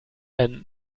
ein